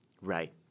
Right